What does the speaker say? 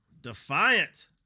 defiant